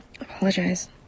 Apologize